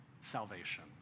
salvation